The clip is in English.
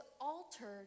altered